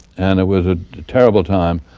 and it was a terrible time,